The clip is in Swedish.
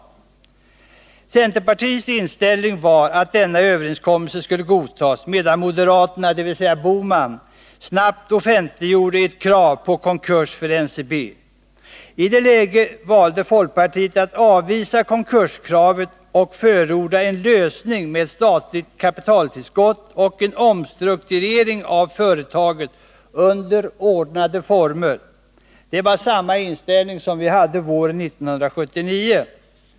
Centerpartiets inställning var att denna överenskommelse skulle godtas, medan moderaterna, dvs. Gösta Bohman, snabbt offentliggjorde ett krav på konkurs för NCB. I det läget valde folkpartiet att avvisa konkurskravet och förorda en lösning med statligt kapitaltillskott och en omstrukturering av företaget ”under ordnade former”. Det var samma inställning som vi hade våren 1979.